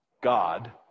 God